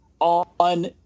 On